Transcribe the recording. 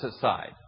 side